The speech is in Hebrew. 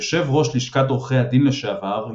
יושב ראש לשכת עורכי הדין לשעבר,